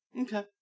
okay